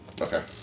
Okay